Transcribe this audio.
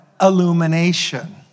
Illumination